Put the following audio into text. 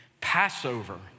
Passover